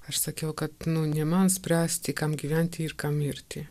aš sakiau kad nu ne man spręsti kam gyventi ir kam mirti